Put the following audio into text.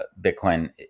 Bitcoin